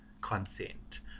consent